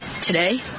Today